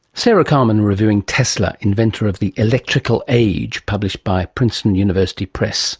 sarah carman reviewing tesla inventor of the electrical age, published by princeton university press.